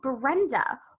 Brenda